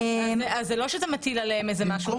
זה לא שאתה מטיל עליהם משהו נוסף.